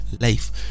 life